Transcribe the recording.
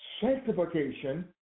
sanctification